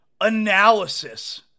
analysis